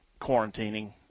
quarantining